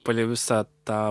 palei visą tą